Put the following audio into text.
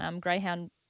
greyhound